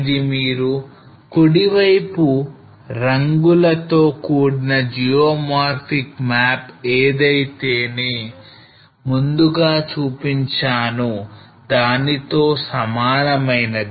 ఇది మీరు కుడి వైపు రంగులతో కూడిన geomorphic map ఏదైతేనేను ముందుగా చూపించాను దానితో సమానమైనది